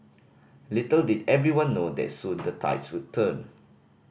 little did everyone know that soon the tides would turn